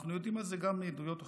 אנחנו יודעים את זה מעדויות אחרות,